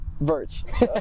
verts